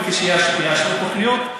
וכאשר יאשרו תוכניות,